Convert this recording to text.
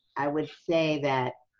i would say that